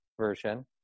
version